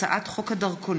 הצעת חוק הדרכונים